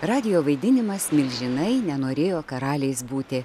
radijo vaidinimas milžinai nenorėjo karaliais būti